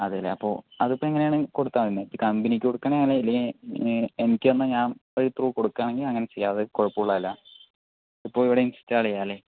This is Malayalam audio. അതെലെ അപ്പോൾ അതിപ്പോൾ എങ്ങനെയാണ് കൊടുത്താൽ മതി കമ്പനിക്ക് കൊടുക്കുവാണെൽ അങ്ങനെ അല്ലേൽ എനിക്ക് തന്നാൽ ഞാൻ വഴി ത്രൂ കൊടുക്കുവാണേൽ അങ്ങനെ ചെയ്യാം അത് കുഴപ്പം ഉള്ളതല്ല ഇപ്പോൾ ഇവിടെ ഇൻസ്റ്റാൾ ചെയ്യാംല്ലേ